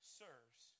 serves